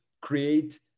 create